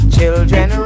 Children